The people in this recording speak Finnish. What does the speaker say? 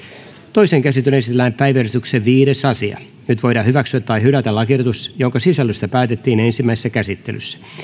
toiseen käsittelyyn esitellään päiväjärjestyksen viides asia nyt voidaan hyväksyä tai hylätä lakiehdotus jonka sisällöstä päätettiin ensimmäisessä käsittelyssä